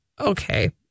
okay